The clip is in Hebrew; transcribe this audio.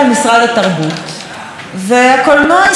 והקולנוע הישראלי נמצא בתחום אחריותה.